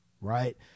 Right